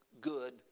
good